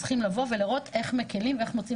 צריכים לבוא ולראות איך מקלים ואיך מוצאים